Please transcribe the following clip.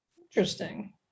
Interesting